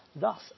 Thus